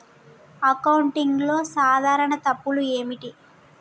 అకౌంటింగ్లో సాధారణ తప్పులు ఏమిటి?